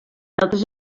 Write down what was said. altres